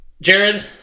Jared